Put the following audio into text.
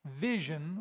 vision